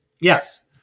Yes